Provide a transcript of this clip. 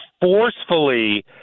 forcefully